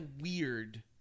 Weird